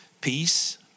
peace